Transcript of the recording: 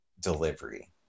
delivery